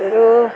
അതൊരു